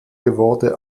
geworden